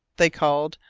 they called,